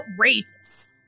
outrageous